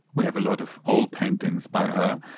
we have a lot of old paintings by her.